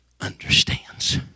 understands